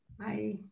Hi